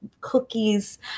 cookies